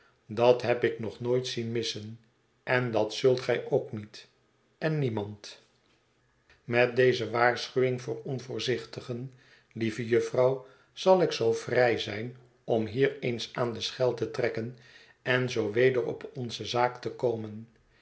dat heb ik nog nooit zien missen en dat zult gij ook niet en niemand met deze waarschuwing voor onvoorzichtigen lieve jufvrouw zal ik zoo vrij zijn om hier eens aan de schel te trekken en zoo weder op onze zaak te komen